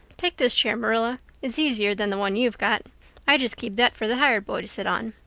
take this chair, marilla it's easier than the one you've got i just keep that for the hired boy to sit on.